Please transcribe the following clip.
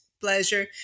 pleasure